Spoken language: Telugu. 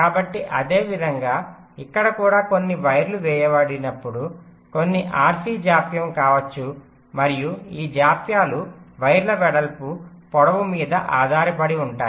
కాబట్టి అదేవిధంగా ఇక్కడ కూడా కొన్ని వైర్లు వేయబడినప్పుడు కొన్ని RC జాప్యం కావచ్చు మరియు ఈ జాప్యాలు వైర్ల వెడల్పు పొడవు మీద ఆధారపడి ఉంటాయి